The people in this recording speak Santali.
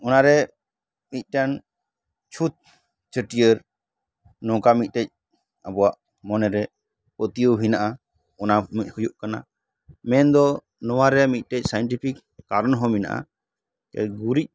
ᱚᱱᱟ ᱨᱮ ᱢᱤᱜᱴᱟᱱ ᱪᱷᱩᱸᱛ ᱪᱷᱟᱹᱴᱭᱟᱹᱨ ᱱᱚᱝᱠᱟ ᱢᱤᱫᱴᱮᱡ ᱟᱵᱚᱣᱟᱜ ᱢᱚᱱᱮ ᱨᱮ ᱯᱟᱹᱛᱭᱟᱹᱣ ᱦᱮᱱᱟᱜᱼᱟ ᱚᱱᱟ ᱠᱚ ᱦᱩᱭᱩᱜ ᱠᱟᱱᱟ ᱢᱮᱱ ᱫᱚ ᱱᱚᱣᱟ ᱨᱮ ᱢᱤᱫ ᱴᱮᱡ ᱥᱟᱭᱮᱱᱴᱤᱯᱷᱤᱠ ᱠᱟᱨᱚᱱ ᱦᱚᱸ ᱢᱮᱱᱟᱜᱼᱟ ᱡᱮ ᱜᱩᱨᱤᱡ